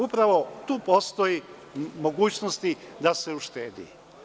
Upravo tu postoji mogućnosti da se uštedi.